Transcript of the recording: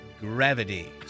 gravity